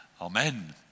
Amen